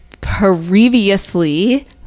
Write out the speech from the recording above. previously